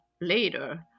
later